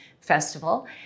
Festival